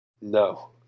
No